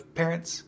parents